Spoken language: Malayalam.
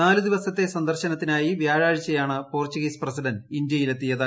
നാലുദിവസത്തെ സന്ദർശനത്തിനായി വ്യാഴാഴ്ചയാണ് പോർച്ചുഗീസ് പ്രസിഡന്റ് ഇന്ത്യയിലെത്തിയത്